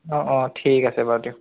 অঁ অঁ ঠিক আছে বাৰু দিয়ক